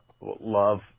love